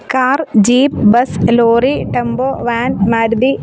car jeep bus lorry tempo van Maruti